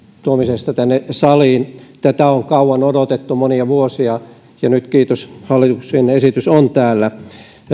tuomisesta tänne saliin tätä on kauan odotettu monia vuosia ja nyt kiitos että hallituksen esitys on täällä